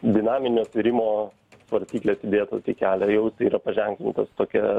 dinaminio svėrimo svarstyklės įdėtos į kelią jau tai yra paženklintos tokia